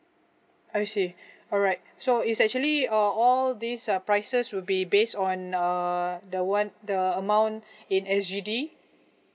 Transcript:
I see alright so it's actually uh all these uh prices will be based on err the one the amount in S_G_D